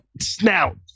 Snout